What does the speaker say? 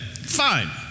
fine